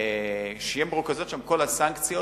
שיהיו מרוכזות שם כל הסנקציות